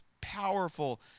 Powerful